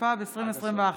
התשפ"ב 2021,